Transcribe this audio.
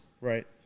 Right